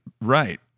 Right